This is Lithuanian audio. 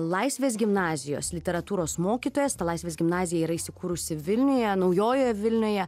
laisvės gimnazijos literatūros mokytojas laisvės gimnazija yra įsikūrusi vilniuje naujojoje vilnioje